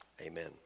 Amen